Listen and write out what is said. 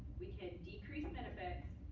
we could decrease benefits.